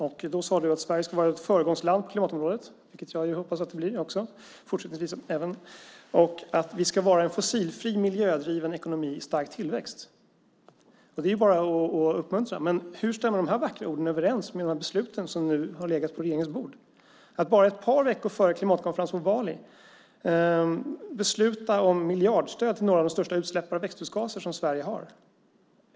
Då sade miljöministern att Sverige ska vara ett föregångsland på klimatområdet - det hoppas jag att det blir också, även fortsättningsvis - och att vi ska vara en fossilfri, miljödriven ekonomi i stark tillväxt. Det är ju bara att uppmuntra det. Men hur stämmer de här vackra orden överens med de beslut som nu har legat på regeringens bord, att bara ett par veckor före klimatkonferensen på Bali besluta om miljardstöd till några av de största utsläppare av växthusgaser som Sverige har?